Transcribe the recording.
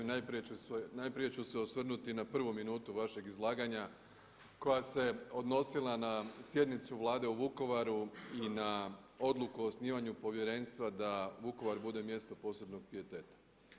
Najprije ću se osvrnuti na prvu minutu vašeg izlaganja koja se odnosila na sjednicu Vlade u Vukovaru i na odluku o osnivanju povjerenstva da Vukovar bude mjesto posebnog pijeteta.